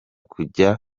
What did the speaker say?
kujya